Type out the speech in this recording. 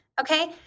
Okay